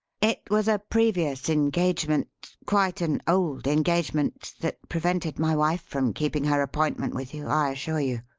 it was a previous engagement quite an old engagement that prevented my wife from keeping her appointment with you, i assure you,